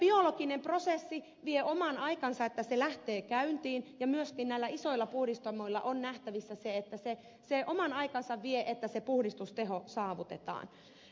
biologinen prosessi vie oman aikansa että se lähtee käyntiin ja myöskin näillä isoilla puhdistamoilla on nähtävissä se että se oman aikansa vie että se puhdistusteho saavutetaan